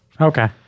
Okay